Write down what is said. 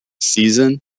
season